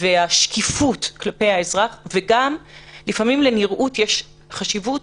והשקיפות כלפי האזרח, וגם לפעמים לנראות יש חשיבות